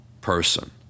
person